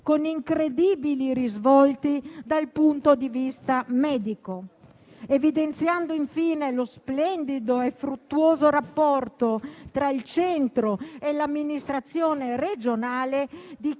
con incredibili risvolti dal punto di vista medico. Evidenziando lo splendido e fruttuoso rapporto tra il Centro e l'Amministrazione regionale,